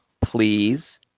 please